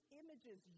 images